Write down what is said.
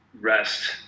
rest